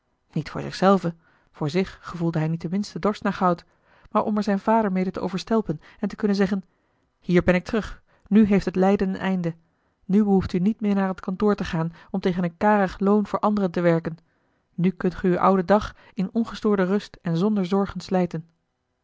niet voor zich zelven voor zich gevoelde hij niet de minste dorst naar goud maar om er zijn vader mede te overstelpen en te kunnen zeggen hier ben ik terug nu heeft het lijden een einde nu behoeft u niet meer naar t kantoor te gaan om tegen een karig loon voor anderen te werken nu kunt ge uw ouden dag in ongestoorde rust en zonder zorgen slijten